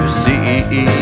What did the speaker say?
see